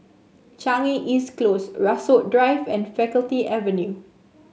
Changi East Close Rasok Drive and Faculty Avenue